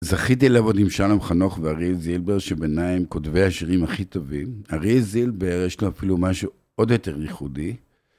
זכיתי לעבוד עם שלום חנוך ואריאל זילבר, שבעייני הם כותבי השירים הכי טובים. אריאל זילבר, יש לו אפילו משהו עוד יותר ייחודי.